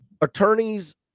attorneys